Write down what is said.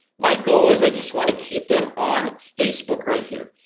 my goal is i just want to keep them on facebook right here,